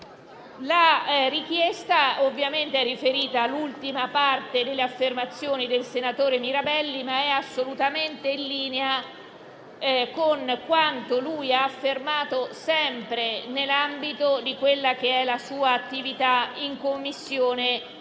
La richiesta ovviamente è riferita all'ultima parte delle affermazioni del senatore Mirabelli, ma è assolutamente in linea con quanto da lui stesso sempre affermato nell'ambito della sua attività in Commissione